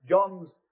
John's